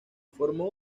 formó